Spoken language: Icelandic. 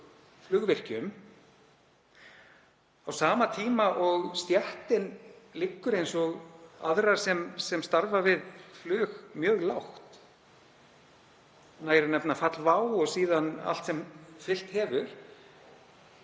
flugvirkjum á sama tíma og stéttin liggur, eins og aðrar sem starfa við flug, mjög lágt? Nægir að nefna fall WOW og síðan allt sem fylgt hefur.